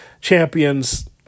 champions